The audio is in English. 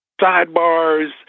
sidebars